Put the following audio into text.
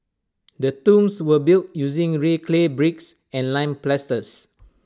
the tombs were built using red clay bricks and lime plasters